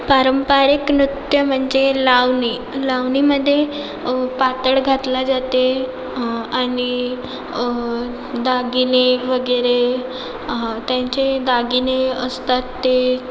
पारंपारिक नृत्य म्हणजे लावणी लावणीमध्ये पातळ घातले जाते आणि दागिने वगैरे त्यांचे दागिने असतात ते